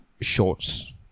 Shorts